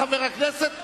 חבר הכנסת אקוניס,